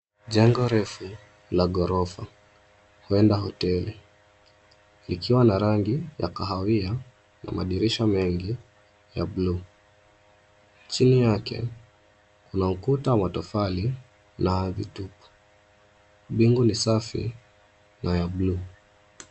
Jengo refu la ghorofa, huenda hoteli, likiwa na rangi ya kahawia na madirisha mengi ya bluu. Chini yake kuna ukuta wa tofali na vitu. Mbingu ni safi na ya bluu.